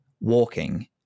walking